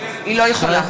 לא יכולה.